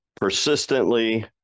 persistently